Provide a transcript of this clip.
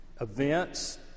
events